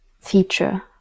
feature